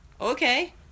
okay